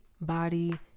body